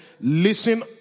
listen